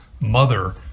mother